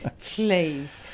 please